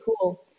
cool